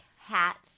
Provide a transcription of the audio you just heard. hats